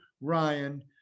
Ryan